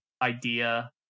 idea